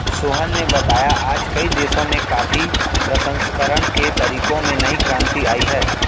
सोहन ने बताया आज कई देशों में कॉफी प्रसंस्करण के तरीकों में नई क्रांति आई है